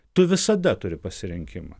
tu visada turi pasirinkimą